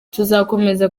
tuzakomeza